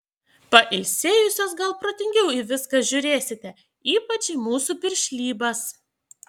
pailsėjusios gal protingiau į viską žiūrėsite ypač į mūsų piršlybas